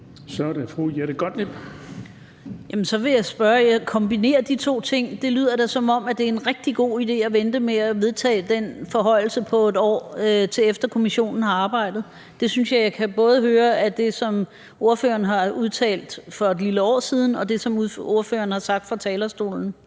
så vil jeg i forbindelse med det der med at kombinere de to ting sige, at det da lyder, som om det er en rigtig god idé at vente med at vedtage den forhøjelse på 1 år, til efter at kommissionen har arbejdet. Det synes jeg jeg kan høre af både det, som ordføreren har udtalt for et lille år siden, og det, som ordføreren nu har sagt fra talerstolen.